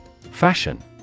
Fashion